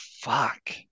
fuck